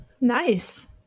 Nice